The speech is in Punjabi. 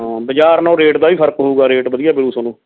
ਹਾਂ ਬਾਜ਼ਾਰ ਨਾਲੋਂ ਰੇਟ ਦਾ ਵੀ ਫਰਕ ਹੋਊਗਾ ਰੇਟ ਵਧੀਆ ਮਿਲੂ ਤੁਹਾਨੂੰ